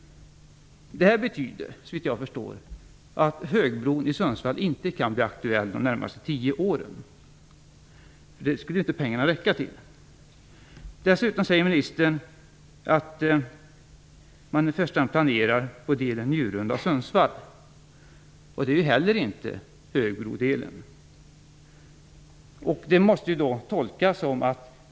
Såvitt jag förstår betyder det att högbron i Sundsvall inte kan bli aktuell under de närmaste tio åren. Pengarna skulle inte räcka till det. Dessutom säger ministern att man i första hand planerar för delen Njurunda-Sundsvall. Det är alltså inte där fråga om högbrodelen.